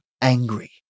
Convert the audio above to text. angry